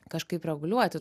kažkaip reguliuoti